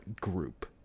group